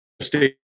State